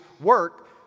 work